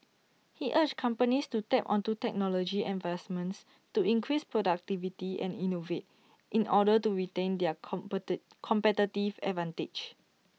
he urged companies to tap onto technology advancements to increase productivity and innovate in order to retain their compete competitive advantage